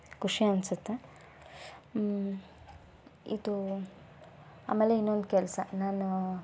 ಖುಷಿ ಅನ್ಸುತ್ತೆ ಇದು ಆಮೇಲೆ ಇನ್ನೊಂದು ಕೆಲಸ ನಾನು